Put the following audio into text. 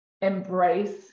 embrace